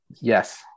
Yes